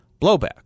Blowback